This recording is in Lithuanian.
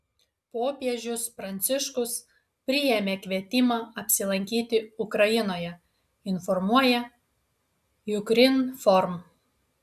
popiežius pranciškus priėmė kvietimą apsilankyti ukrainoje informuoja ukrinform